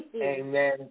Amen